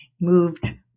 moved